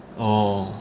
oh